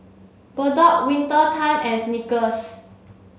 Bardot Winter Time and Snickers